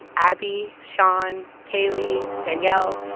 abby, shaun, kaylee, danielle,